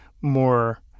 more